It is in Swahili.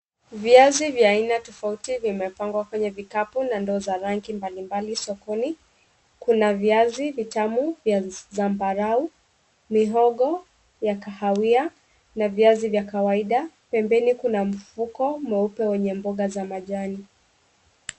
Viazi vya aina tofauti vimepangwa kwenye vikapu na ndoo za rangi mbalimbali sokoni. Kuna viazi vitamu vya zambarau, mihogo ya kahawia, na viazi vya kawaida. Pembeni kuna mfuko mweupe wenye mboga za majani.